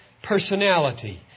Personality